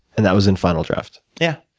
and that was in final draft? yeah.